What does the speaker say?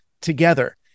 together